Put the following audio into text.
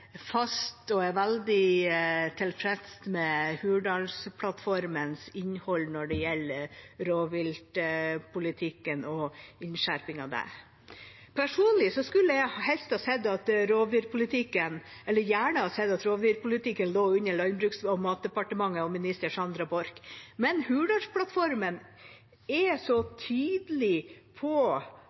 veldig tilfreds med Hurdalsplattformens innhold når det gjelder rovviltpolitikken og innskjerpingen av den. Personlig skulle jeg gjerne ha sett at rovdyrpolitikken lå under Landbruks- og matdepartementet og minister Sandra Borch, men Hurdalsplattformen er så tydelig på